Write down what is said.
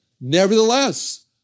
Nevertheless